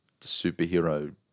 superhero